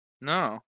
no